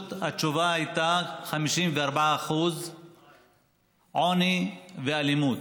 התשובה הייתה, 54% עוני ואלימות.